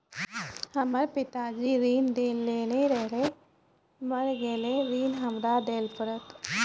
हमर पिताजी ऋण लेने रहे मेर गेल ऋण हमरा देल पड़त?